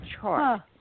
chart